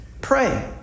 pray